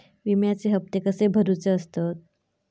विम्याचे हप्ते कसे भरुचे असतत?